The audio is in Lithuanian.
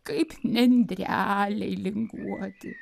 kaip nendrelei linguoti